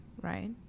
Right